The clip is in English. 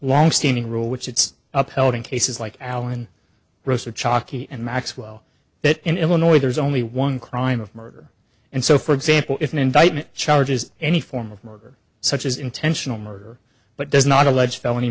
long standing rule which it's up held in cases like alan gross or chalky and maxwell that in illinois there's only one crime of murder and so for example if an indictment charges any form of murder such as intentional murder but does not allege felony